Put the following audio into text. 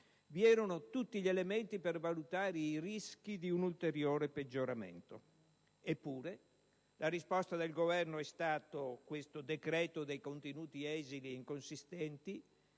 vi erano tutti gli elementi per valutare i rischi di un ulteriore peggioramento. Eppure la risposta del Governo è stata questo decreto, dai contenuti esili e inconsistenti,